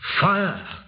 Fire